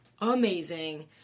amazing